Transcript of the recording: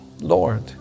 Lord